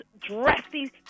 dressy